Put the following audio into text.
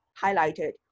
highlighted